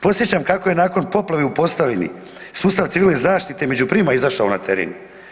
Podsjećam kako je nakon poplave u Posavini sustav Civilne zaštite među prvima izišao na teren.